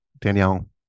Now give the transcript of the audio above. Danielle